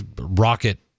rocket